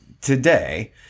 today